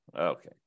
Okay